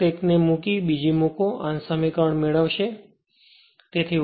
ફક્ત એક ને બીજી મૂકી અને આ સમીકરણ મેળવશે